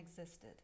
existed